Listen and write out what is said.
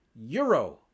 euro